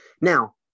Now